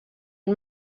ell